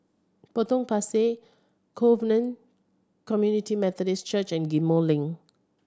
Potong Pasir Covenant Community Methodist Church and Ghim Moh Link